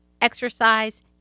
exercise